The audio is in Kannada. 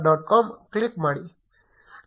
com ಕ್ಲಿಕ್ ಮಾಡಿ